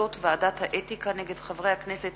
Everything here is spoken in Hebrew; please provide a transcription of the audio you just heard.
החלטות ועדת האתיקה נגד חברי הכנסת